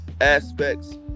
aspects